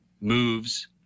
moves